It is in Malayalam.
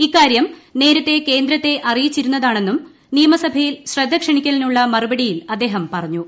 ഇക്കാര്യം നേരത്തെ കേന്ദ്രത്തെ അറിയിച്ചിരുന്നതാണെന്നും നിയമസഭയിൽ ശ്രദ്ധ ക്ഷണിക്കലിനുള്ള മറുപടിയിൽ അദ്ദേഹം പറഞ്ഞു